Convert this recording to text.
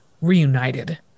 reunited